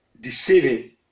Deceiving